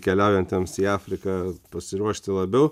keliaujantiems į afriką pasiruošti labiau